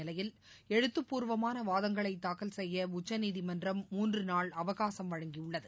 நிலையில் எழுத்துப் பூர்வமான வாதங்களை தாக்கல் செய்ய உச்சநீதிமன்றம் மூன்று நாள் அவகாசம் வழங்கியுள்ளது